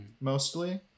mostly